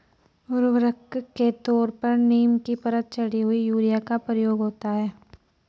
उर्वरक के तौर पर नीम की परत चढ़ी हुई यूरिया का प्रयोग होता है